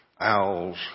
Owls